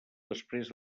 després